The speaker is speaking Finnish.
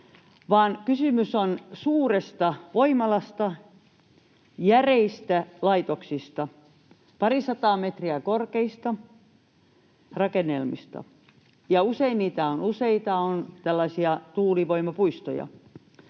kysymys on suuresta voimalasta, järeistä laitoksista, parisataa metriä korkeista rakennelmista, ja usein niitä on useita, on tällaisia tuulivoimapuistoja.